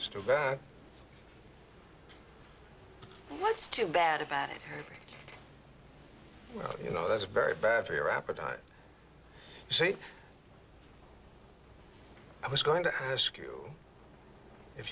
it's too bad what's too bad about it you know that's very bad for your appetite so i was going to ask you if